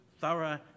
thorough